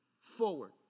forward